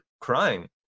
crying